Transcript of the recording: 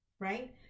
Right